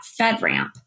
FedRAMP